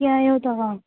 कीअं आयो तव्हां